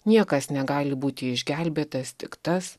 niekas negali būti išgelbėtas tik tas